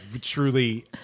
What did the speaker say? truly